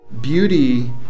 Beauty